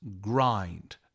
grind